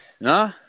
No